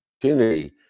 opportunity